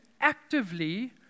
actively